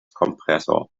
kompressor